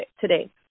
today